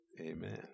amen